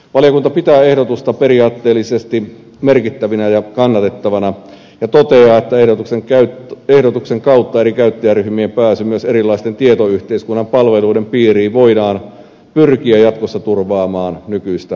valiokunta pitää ehdotusta periaatteellisesti merkittävänä ja kannatettavana ja toteaa että ehdotuksen kautta eri käyttäjäryhmien pääsy myös erilaisten tietoyhteiskunnan palveluiden piiriin voidaan pyrkiä jatkossa turvaamaan nykyistä paremmin